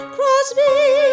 Crosby